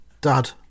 dad